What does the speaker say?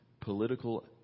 political